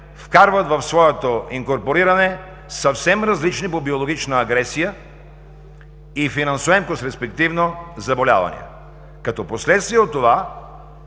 вкарват в своето инкорпориране съвсем различни по биологична агресия и финансоемкост, респективно, заболявания. Като последствие от това